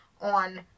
on